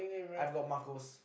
I've got Marcos